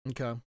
Okay